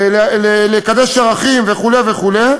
לקדש ערכים וכו' וכו',